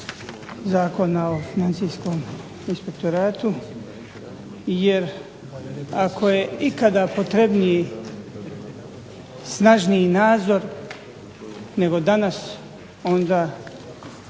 Zakona o financijskom inspektoratu jer ako je ikada potrebniji snažniji nadzor nego danas onda